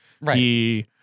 Right